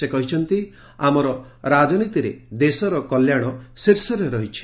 ସେ କହିଛନ୍ତି ଆମର ରାଜନୀତିରେ ଦେଶର କଲ୍ୟାଣ ଶୀର୍ଷରେ ରହିଛି